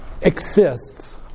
exists